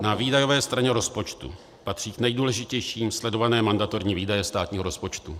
Na výdajové straně rozpočtu patří k nejdůležitějším sledované mandatorní výdaje státního rozpočtu.